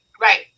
right